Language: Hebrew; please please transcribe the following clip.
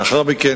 לאחר מכן